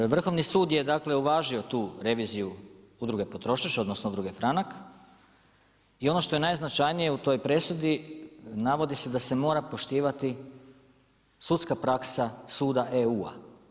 Eto, Vrhovni sud je dakle, uvažio tu reviziju Udruge potrošač, odnosno, Udruge franak i ono što je najznačajnije u toj presudi, navodi se da se mora poštivati sudska praksa suda EU.